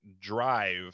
drive